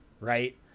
Right